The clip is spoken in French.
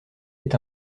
est